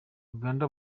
uganda